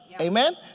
amen